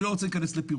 אני לא רוצה להיכנס לזה.